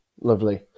Lovely